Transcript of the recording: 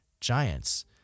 giants